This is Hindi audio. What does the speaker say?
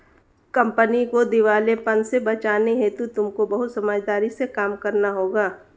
कंपनी को दिवालेपन से बचाने हेतु तुमको बहुत समझदारी से काम करना होगा